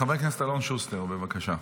חבר הכנסת אלון שוסטר, בבקשה.